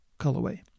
colorway